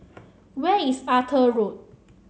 where is Arthur Road